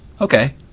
Okay